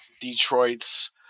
Detroit's